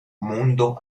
mundo